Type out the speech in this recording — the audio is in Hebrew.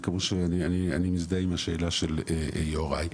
וכמו שאני מזדהה עם השאלה של יוראי,